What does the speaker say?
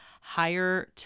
higher